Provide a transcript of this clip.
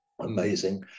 Amazing